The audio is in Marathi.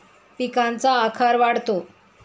पिकांचा आकार वाढतो